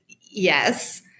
yes